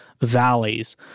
valleys